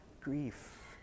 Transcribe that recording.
grief